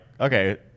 okay